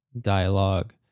dialogue